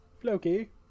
floki